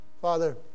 Father